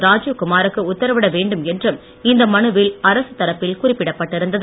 ராஜீவ்குமாருக்கு உத்தரவிட வேண்டும் என்றும் இந்த மனுவில் அரசு தரப்பில் குறிப்பிடப்பட்டிருந்தது